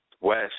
West